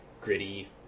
gritty